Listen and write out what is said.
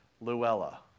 Luella